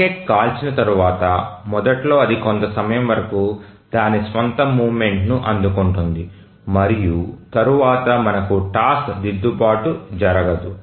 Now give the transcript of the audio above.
rocket కాల్చిన తర్వాత మొదట్లో అది కొంత సమయం వరకు దాని స్వంత మూమెంట్ని అందుకుంటుంది మరియు తరువాత మనకు టాస్క్ దిద్దుబాటు జరగదు